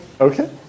Okay